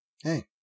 hey